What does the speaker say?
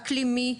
אקלימיים,